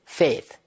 faith